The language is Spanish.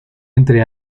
entre